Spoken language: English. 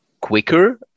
quicker